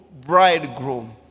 bridegroom